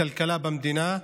הכלכלה במדינה,